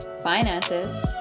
finances